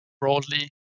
broadly